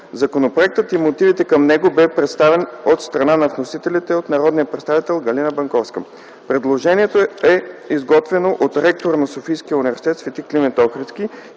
Законопроектът и мотивите към него бе представен от страна на вносителите от народния представител Галина Банковска. Предложението е изготвено от ректора на Софийския университет „Св. Климент Охридски”